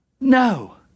No